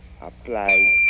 apply